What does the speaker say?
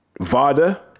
VADA